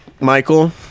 Michael